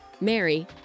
Mary